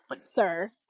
sir